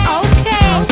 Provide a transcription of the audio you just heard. okay